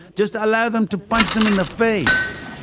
just to allow them to punch them in the face!